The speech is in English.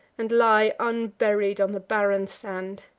and lie unburied on the barren sand!